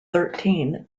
thirteen